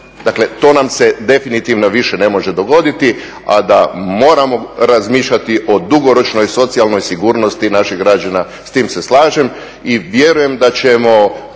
Dakle to nam se definitivno više ne može dogoditi. A da moramo razmišljati o dugoročnoj socijalnoj sigurnosti naših građana s time se slažem. I vjerujem da ćemo